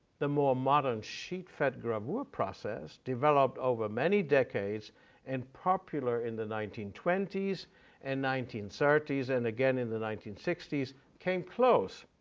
the more modern sheet-fed gravure process developed over many decades and popular in the nineteen twenty s and nineteen thirty s and again in the nineteen sixty s came close,